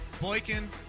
Boykin